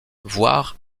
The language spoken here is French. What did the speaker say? voir